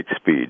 speed